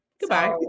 goodbye